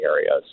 areas